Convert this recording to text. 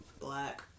black